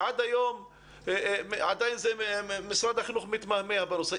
ועד היום עדיין משרד החינוך מתמהמה בנושא.